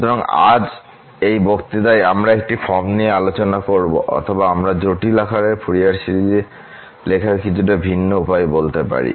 সুতরাং আজ এই বক্তৃতায় আমরা অন্য একটি ফর্ম নিয়ে আলোচনা করব অথবা আমরা জটিল আকারে ফুরিয়ার সিরিজ লেখার কিছুটা ভিন্ন উপায় বলতে পারি